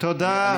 תודה,